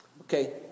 okay